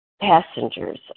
passengers